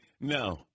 No